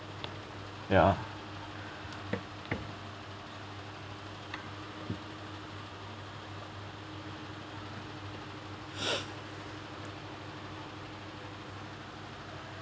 ya